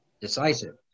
decisive